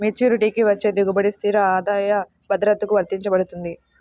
మెచ్యూరిటీకి వచ్చే దిగుబడి స్థిర ఆదాయ భద్రతకు వర్తించబడుతుంది